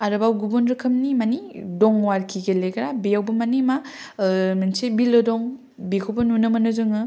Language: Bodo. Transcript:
आरोबाव गुबुन रोखोमनि मानि दङ आरोखि गेलेग्रा बेयावबो मानि मा ओ मोनसे बिलो दं बिखौबो नुनो मोनो जोङो